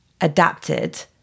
adapted